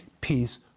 peace